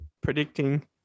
Predicting